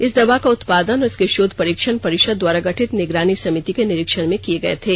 इस दवा का उत्पादन और इसके शोध परीक्षण परिषद द्वारा गठित निगरानी समिति के निरीक्षण में किये गए थे